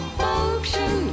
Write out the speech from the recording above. function